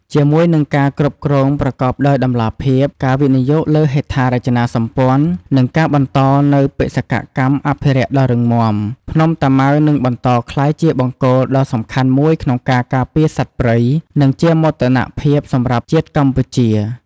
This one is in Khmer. ជាមួយនឹងការគ្រប់គ្រងប្រកបដោយតម្លាភាព ការវិនិយោគលើហេដ្ឋារចនាសម្ព័ន្ធ និងការបន្តនូវបេសកកម្មអភិរក្សដ៏រឹងមាំ ភ្នំតាម៉ៅនឹងបន្តក្លាយជាបង្គោលដ៏សំខាន់មួយក្នុងការការពារសត្វព្រៃ និងជាមោទនភាពសម្រាប់ជាតិកម្ពុជា។